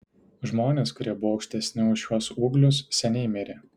žmonės kurie buvo aukštesni už šiuos ūglius seniai mirė